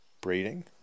breeding